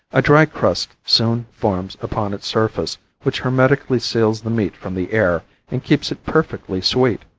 a dry crust soon forms upon its surface which hermetically seals the meat from the air and keeps it perfectly sweet.